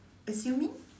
assuming